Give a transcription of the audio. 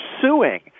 suing